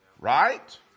right